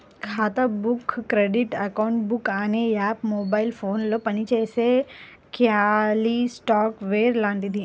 ఖాతా book credit account book అనే app mobile ఫోనులో పనిచేసే ట్యాలీ సాఫ్ట్ వేర్ లాంటిది